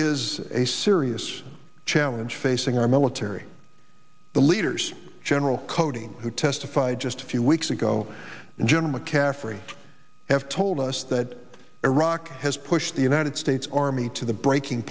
is a serious challenge facing our military the leaders general cody who testified just a few weeks ago and general mccaffrey have told us that iraq has pushed the united states army to the breaking